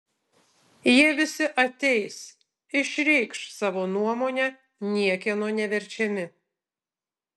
jie visi ateis išreikš savo nuomonę niekieno neverčiami